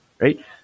right